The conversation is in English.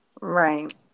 Right